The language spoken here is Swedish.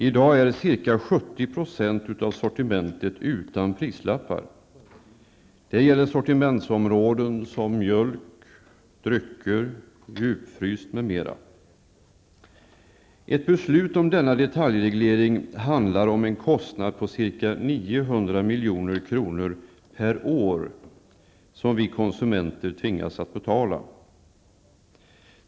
I dag är ca 70 % av sortimentet utan prislappar. Det gäller sortimentsområden som mjölk, drycker, djupfryst m.m. Ett beslut om denna detaljreglering handlar om en kostnad på ca 900 milj.kr. per år som vi konsumenter tvingas betala.